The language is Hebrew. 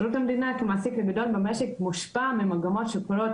שירות המדינה כמעסיק הגדול במשק מושפע ממגמות שקורות